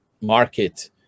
market